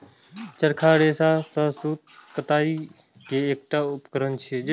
चरखा रेशा सं सूत कताइ के एकटा उपकरण छियै